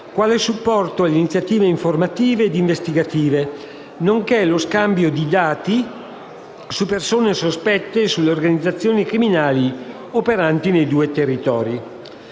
quale supporto alle iniziative informative ed investigative, nonché lo scambio di dati su persone sospette e sulle organizzazioni criminali operanti nei due territori.